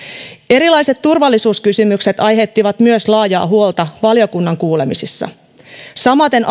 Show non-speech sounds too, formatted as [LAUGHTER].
erilaiset turvallisuuskysymykset aiheuttivat myös laajaa huolta valiokunnan kuulemisissa samaten [UNINTELLIGIBLE]